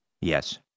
Yes